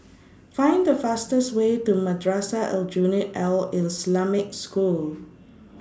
Find The fastest Way to Madrasah Aljunied Al Islamic School